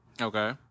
Okay